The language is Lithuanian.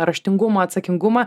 raštingumą atsakingumą